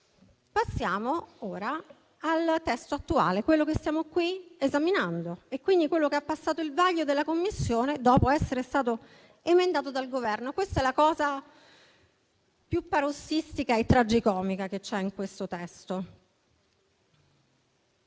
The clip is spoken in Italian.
Passiamo ora al testo attuale, quello che stiamo qui esaminando e che quindi ha passato il vaglio della Commissione dopo essere stato emendato dal Governo. Questa è la cosa più parossistica e tragicomica che c'è in questo testo.